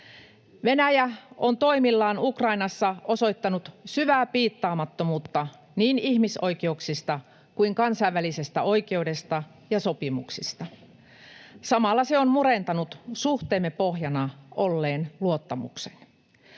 Venäjä on toimillaan Ukrainassa osoittanut syvää piittaamattomuutta niin ihmisoikeuksista kuin kansainvälisestä oikeudesta ja sopimuksista. Samalla se on murentanut suhteemme pohjana olleen luottamuksen.